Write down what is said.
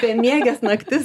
bemieges naktis